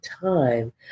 time